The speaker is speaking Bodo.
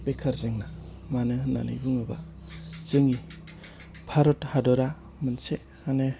बेखार जेंना मानो होननानै बुङोबा जोंनि भारत हादरा मोनसे मानि